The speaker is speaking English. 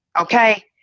Okay